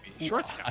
shorts